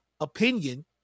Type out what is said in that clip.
opinion